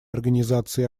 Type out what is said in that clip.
организации